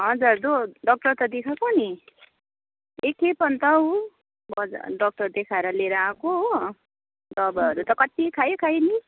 हजुर दो डाक्टर त देखाएको नि एकखेप अन्त ऊ हजुर डाक्टर देखाएर लिएको हो दबाईहरू त कति खायो खायो नि